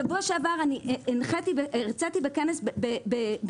שבוע שעבר הרציתי בכנס בגרמניה,